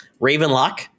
Ravenlock